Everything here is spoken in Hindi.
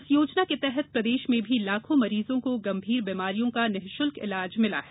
इस योजना के तहत प्रदेश में भी लाखों मरीजों को गंभीर बीमारियों का निशुल्क इलाज मिला है